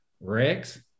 Rex